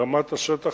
ברמת השטח,